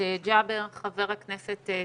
חבר הכנסת ג'אבר.